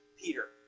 Peter